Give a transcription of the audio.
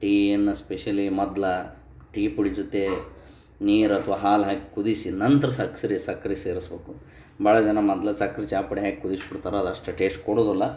tea ಏನು specially ಮೊದ್ಲೇ tea ಪುಡಿ ಜೊತೆ ನೀರು ಅಥವಾ ಹಾಲು ಹಾಕಿ ಕುದಿಸಿ ನಂತರ ಸಕ್ರೆ ಸಕ್ಕರೆ ಸೇರಿಸ್ಬೇಕು ಭಾಳ ಜನ ಮೊದ್ಲು ಸಕ್ರೆ ಚಹಾ ಪುಡಿ ಹಾಕಿ ಕುದಿಶ್ ಬಿಡ್ತಾರ ಅದು ಅಷ್ಟು ಟೇಸ್ಟ್ ಕೊಡೋದಲ್ಲ